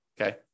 okay